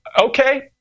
okay